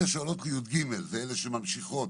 אלה שעולות ל-יג' ואלה שממשיכות